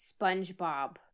Spongebob